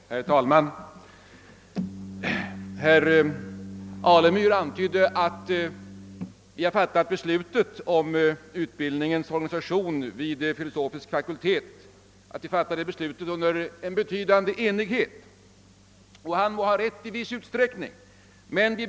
Herr talman! Herr Alemyr antydde att beslutet om utbildningens organisation vid filosofisk fakultet fattats av utskottet med mycket stor enighet. I viss utsträckning kan han ha rätt.